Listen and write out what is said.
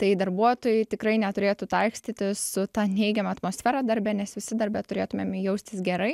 tai darbuotojai tikrai neturėtų taikstytis su ta neigiama atmosfera darbe nes visi darbe turėtumėme jaustis gerai